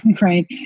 right